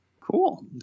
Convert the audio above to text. Cool